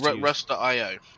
rust.io